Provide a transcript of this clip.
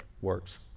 works